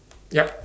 yup